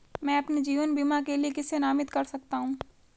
मैं अपने जीवन बीमा के लिए किसे नामित कर सकता हूं?